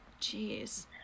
Jeez